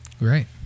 right